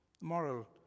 Moral